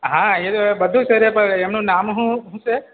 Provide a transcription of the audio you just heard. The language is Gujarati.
હા એ તો હવે બધું થઈ રહે પણ એમનું નામ શું શું છે